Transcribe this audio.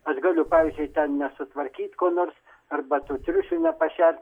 aš galiu pavyzdžiui ten nesutvarkyt ko nors arba tų triušių nepašert